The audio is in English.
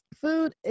food